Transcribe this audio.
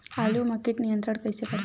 आलू मा कीट नियंत्रण कइसे करबो?